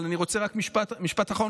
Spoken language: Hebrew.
אבל אני רוצה רק משפט אחרון,